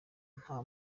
nta